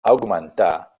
augmentà